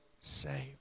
saved